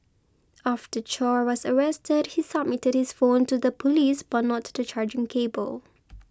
after Chow was arrested he submitted his phone to the police but not the charging cable